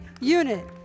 unit